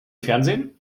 fernsehen